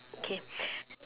okay